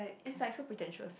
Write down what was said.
it's like so pretentious